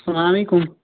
سلامُ علیکُم